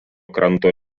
kranto